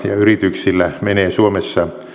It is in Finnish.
ja yrityksillä menee suomessa